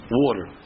water